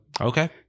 Okay